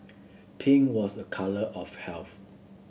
pink was a colour of health